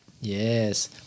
Yes